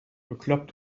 bekloppt